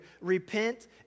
Repent